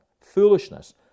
Foolishness